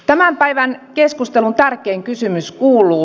tämän päivän keskustelun tärkein kysymys kuuluu